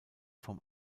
vom